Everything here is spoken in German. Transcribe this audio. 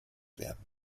werden